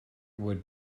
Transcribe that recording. would